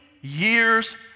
years